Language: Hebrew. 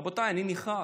רבותיי, אני נחרד.